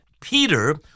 Peter